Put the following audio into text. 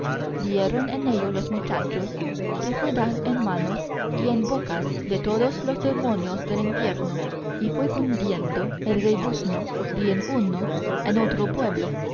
dieron en ello los muchachos que fue dar en manos y en bocas de todos los demonios del infierno y fue cundiendo el rebuzno de en uno en otro pueblo